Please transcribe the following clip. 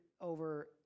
over